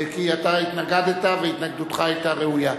כי אתה התנגדת והתנגדותך היתה ראויה.